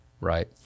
right